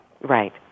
Right